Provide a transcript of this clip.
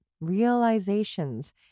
Realizations